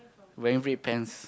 wearing red pants